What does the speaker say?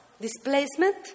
displacement